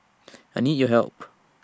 I need your help